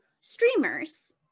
streamers